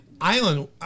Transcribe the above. Island